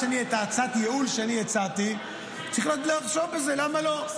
הצעת ייעול שאני הצעתי, צריך לחשוב על זה, למה לא.